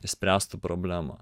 išspręstų problemą